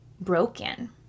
broken